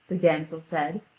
the damsel said,